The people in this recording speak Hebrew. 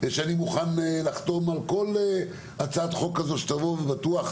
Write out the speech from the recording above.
שאני מוכן לחתום על כל הצעת חוק כזו שתבוא ובטוח